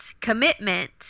commitment